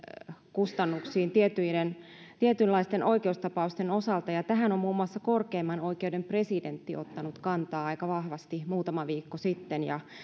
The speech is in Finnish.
kustannuksiin tietynlaisten oikeustapausten osalta ja tähän on muun muassa korkeimman oikeuden presidentti ottanut kantaa aika vahvasti muutama viikko sitten